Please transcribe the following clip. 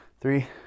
Three